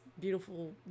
beautiful